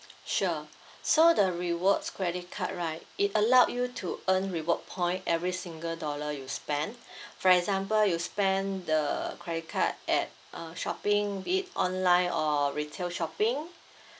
sure so the rewards credit card right it allowed you to earn reward point every single dollar you spent for example you spend the credit card at uh shopping bit online or retail shopping